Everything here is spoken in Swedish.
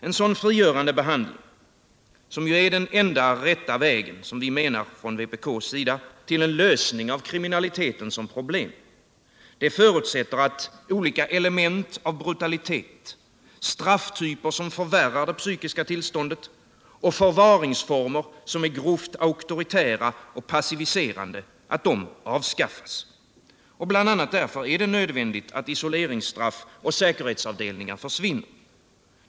En sådan frigörande behandling — som vi inom vpk anser vara den enda vägen till lösning av kriminaliteten som problem — förutsätter att olika element av brutalitet, strafftyper som förvärrar det psykiska tillståndet och förvaringsformer som är grovt auktoritära och passiviserande avskaffas. Bl. a. därför är det nödvändigt att isoleringsstraff och säkerhetsavdelningar försvinner.